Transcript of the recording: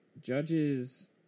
judges